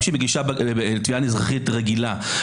הנפגעת תוכל לבקש מבית המשפט גם כשהיא מגישה תביעה אזרחית רגילה נגד